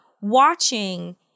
watching